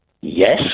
yes